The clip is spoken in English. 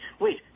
Wait